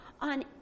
on